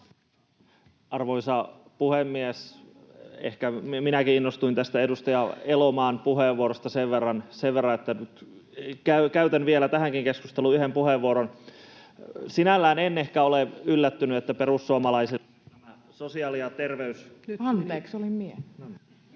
Arvoisa puhemies! Ehkä minäkin innostuin tästä edustaja Elomaan puheenvuorosta sen verran, että nyt käytän vielä tähänkin keskusteluun yhden puheenvuoron. Sinällään en ehkä ole yllättynyt, että perussuomalaiset sosiaali- ja